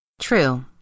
True